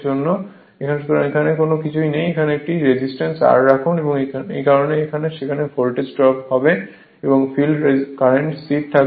সুতরাং সেখানে আসলে কিছুই নেই আসলে একটি রেজিস্ট্যান্স R রাখুন এই কারণে সেখানে ভোল্টেজ ড্রপ হবে এবং ফিল্ড কারেন্ট স্থির থাকবে